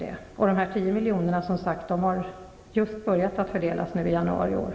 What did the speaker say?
Dessa 10 miljoner har som sagt just börjat delas ut.